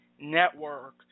Network